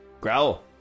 growl